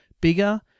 bigger